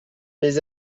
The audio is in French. mes